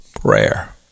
prayer